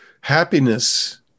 happiness